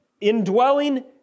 indwelling